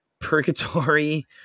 purgatory